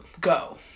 Go